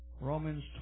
Romans